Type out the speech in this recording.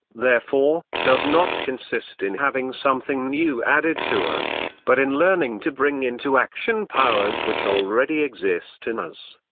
therefore, does not consist in having something new added to us, but in learning to bring into action powers which already exist in us,